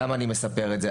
למה אני מספר את זה?